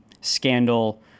scandal